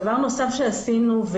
דבר נוסף שעשינו,